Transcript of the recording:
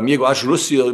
jeigu aš rusijoj